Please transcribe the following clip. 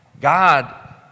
God